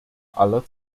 aller